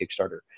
Kickstarter